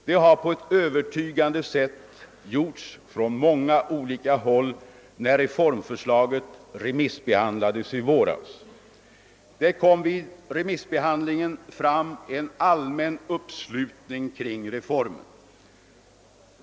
Det har på ett övertygande sätt gjorts från många olika håll när reformför slaget remissbehandlades i våras. Remissbehandlingen visade en allmän uppslutning kring reformen.